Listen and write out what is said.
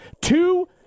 two –